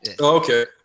Okay